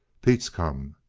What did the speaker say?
pete's come.